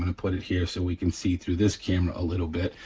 um put it here so we can see through this camera a little bit,